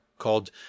called